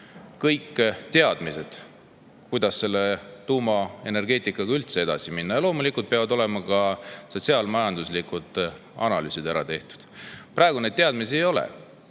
kõik teadmised, kuidas tuumaenergeetikaga üldse edasi minna. Loomulikult peavad olema ka sotsiaal-majanduslikud analüüsid ära tehtud. Praegu neid teadmisi ei ole.